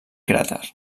cràter